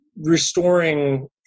restoring